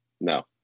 No